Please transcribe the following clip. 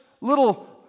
little